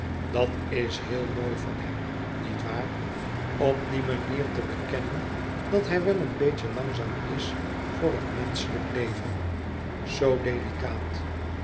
dat is heel mooi van hem niet waar op die manier te bekennen dat hij wel een beetje langzaam is voor het menschelijk leven zoo delicaat